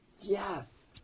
Yes